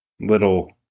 little